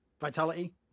vitality